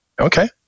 okay